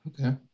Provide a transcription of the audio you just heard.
Okay